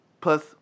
plus